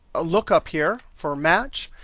look up here for match.